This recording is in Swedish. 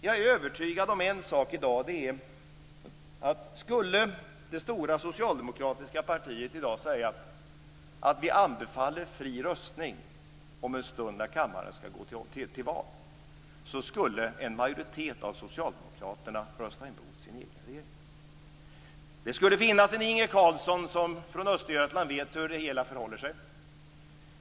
Jag är övertygad om en sak: skulle det stora socialdemokratiska partiet i dag anbefalla fri röstning om en stund när kammaren skall gå till beslut skulle en majoritet av socialdemokraterna rösta emot sin egen regering. Det skulle finnas en Inge Carlsson från Östergötland som vet hur det hela förhåller sig.